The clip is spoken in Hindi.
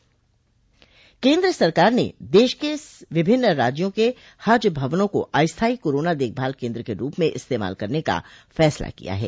केन्द्र सरकार ने देश के विभिन्न राज्यों के हज भवनों को अस्थायी कोरोना देखभाल केन्द्र के रूप में इस्तेमाल करने का फैसला किया है